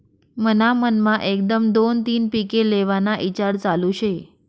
मन्हा मनमा एकदम दोन तीन पिके लेव्हाना ईचार चालू शे